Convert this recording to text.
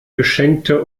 geschenkte